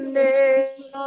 name